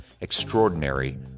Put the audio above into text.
extraordinary